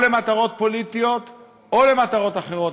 או למטרות פוליטיות או למטרות אחרות,